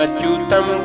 Achutam